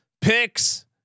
picks